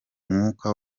mwuka